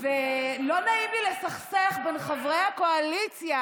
לא נעים לי לסכסך בין חברי הקואליציה,